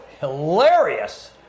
hilarious